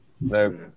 no